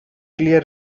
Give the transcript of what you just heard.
clear